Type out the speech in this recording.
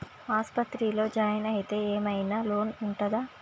ఆస్పత్రి లో జాయిన్ అయితే ఏం ఐనా లోన్ ఉంటదా?